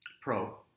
Pro